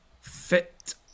fit